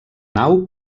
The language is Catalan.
nau